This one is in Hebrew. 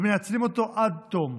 ומנצלים אותו עד תום.